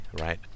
right